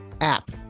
app